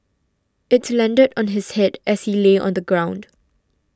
it landed on his head as he lay on the ground